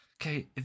Okay